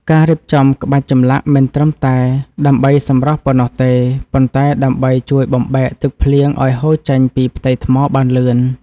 ការរៀបចំក្បាច់ចម្លាក់មិនត្រឹមតែដើម្បីសម្រស់ប៉ុណ្ណោះទេ ប៉ុន្តែដើម្បីជួយបំបែកទឹកភ្លៀងឱ្យហូរចេញពីផ្ទៃថ្មបានលឿន។